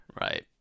Right